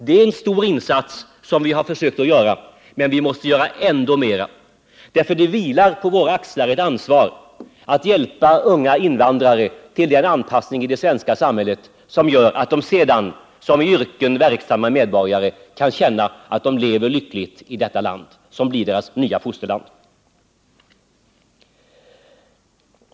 Det är en stor insats som vi har försökt göra, men vi måste göra ändå mera. Det vilar på våra axlar ett ansvar att hjälpa unga invandrare till en anpassning i det svenska samhället som gör att de sedan som yrkesverksamma medborgare kan känna att de lever lyckligt i detta land, som blir deras nya fosterland.